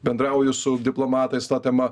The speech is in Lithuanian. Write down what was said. bendrauju su diplomatais ta tema